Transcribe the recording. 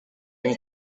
ким